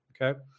Okay